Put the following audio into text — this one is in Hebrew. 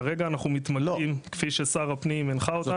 כרגע אנחנו כפי ששר הפנים הנחה אותנו,